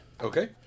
Okay